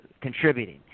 contributing